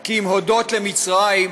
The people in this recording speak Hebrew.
כי אם הודות למצרים,